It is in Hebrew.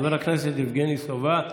חבר הכנסת יבגני סובה.